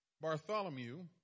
Bartholomew